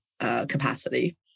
capacity